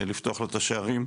לפתוח לו את השערים.